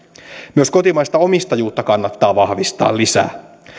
myös kotimaista omistajuutta kannattaa vahvistaa lisää